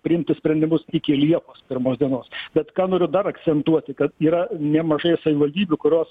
priimti sprendimus iki liepos pirmos dienos bet ką noriu dar akcentuoti kad yra nemažai savivaldybių kurios